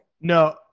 no